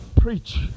preach